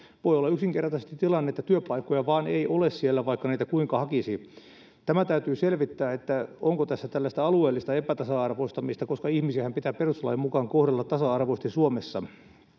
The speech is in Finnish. voi olla yksinkertaisesti tilanne että työpaikkoja vain ei ole siellä vaikka niitä kuinka hakisi tämä täytyy selvittää onko tässä tällaista alueellista epätasa arvoistamista koska ihmisiähän pitää perustuslain mukaan kohdella tasa arvoisesti suomessa